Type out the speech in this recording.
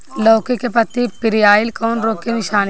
लौकी के पत्ति पियराईल कौन रोग के निशानि ह?